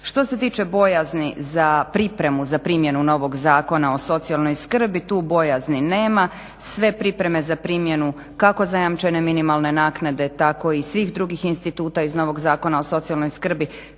Što se tiče bojazni za pripremu, za primjenu novog Zakona o socijalnoj skrbi tu bojazni nema, sve pripreme za primjenu kako zajamčene minimalne naknade tako i svih drugih instituta iz novog Zakona o socijalnoj skrbi